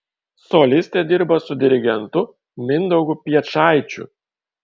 solistė dirbo su dirigentu mindaugu piečaičiu